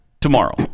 tomorrow